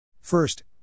First